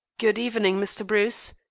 good-evening, mr. bruce,